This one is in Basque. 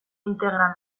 integral